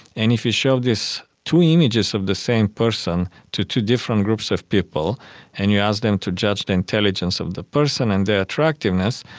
and if you show these two images of the same person to two different groups of people and you ask them to judge the intelligence of the person and their attractiveness,